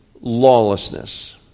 lawlessness